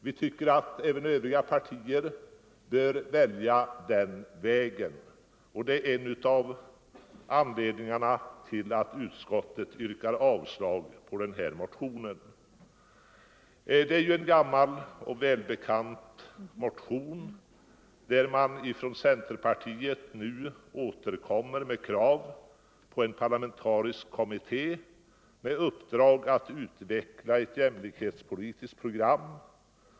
Vi tycker att även övriga partier bör välja den vägen, och det är en av anledningarna till att utskottet yrkar avslag på den här motionen. Det här är ju en gammal och välbekant motion, där man från centerpartiet nu återkommer med krav på en parlamentarisk kommitté med uppdrag att utveckla ett jämlikhetspolitiskt program.